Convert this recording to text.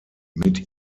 mit